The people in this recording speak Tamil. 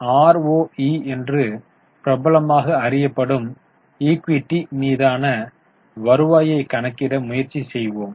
எனவே ஆர்ஓஇ என்று பிரபலமாக அறியப்படும் ஈக்விட்டி மீதான வருவாயைக் கணக்கிட முயற்சி செய்வோம்